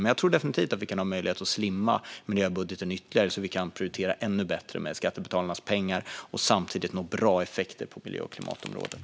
Men jag tror definitivt att vi kan slimma miljöbudgeten ytterligare, prioritera ännu bättre med skattebetalarnas pengar och samtidigt nå bra effekter på miljö och klimatområdet.